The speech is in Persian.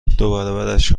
دوبرابرش